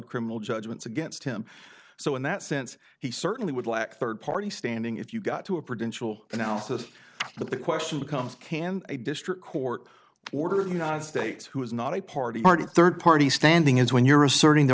criminal judgments against him so in that sense he certainly would lack third party standing if you got to a principle analysis but the question becomes can a district court order the united states who is not a party party third party standing is when you're asserting the